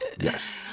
Yes